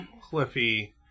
Cliffy